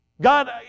God